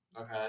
Okay